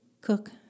Cook